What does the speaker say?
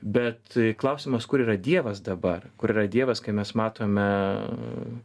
bet klausimas kur yra dievas dabar kur yra dievas kai mes matome